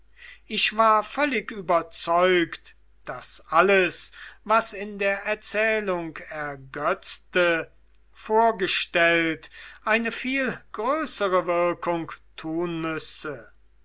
ich war völlig überzeugt daß alles was in der erzählung ergötzte vorgestellt eine viel größere wirkung tun müsse